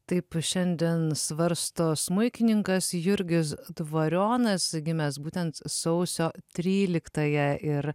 taip šiandien svarsto smuikininkas jurgis dvarionas gimęs būtent sausio tryliktąją ir